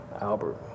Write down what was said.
Albert